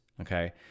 okay